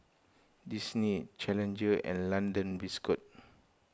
Disney Challenger and London Biscuit